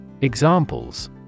Examples